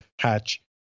hatch